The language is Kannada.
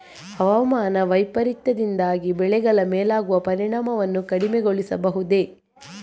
ಹವಾಮಾನ ವೈಪರೀತ್ಯದಿಂದಾಗಿ ಬೆಳೆಗಳ ಮೇಲಾಗುವ ಪರಿಣಾಮವನ್ನು ಕಡಿಮೆಗೊಳಿಸಬಹುದೇ?